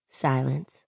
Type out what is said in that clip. Silence